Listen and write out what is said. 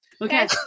Okay